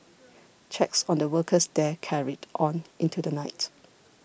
checks on the workers there carried on into the night